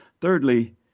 thirdly